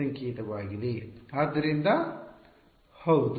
ಆದ್ದರಿಂದ ಹೌದು